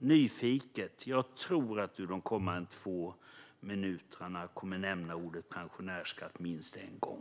Men jag tror också att du under de kommande två minuterna kommer att nämna ordet pensionärsskatt minst en gång.